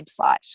website